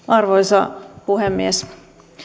arvoisa puhemies